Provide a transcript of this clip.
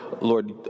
Lord